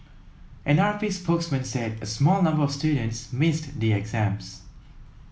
an R P spokesman said a small number of students missed the exams